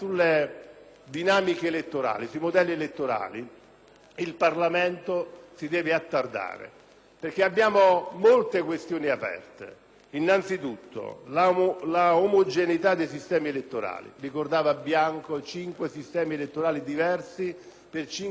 il Parlamento si deve attardare perché molte sono le questioni aperte, innanzitutto la omogeneità dei sistemi elettorali. Ricordava il senatore Bianco che esistono cinque sistemi elettorali diversi per cinque livelli di attribuzioni della responsabilità di governo dei territori.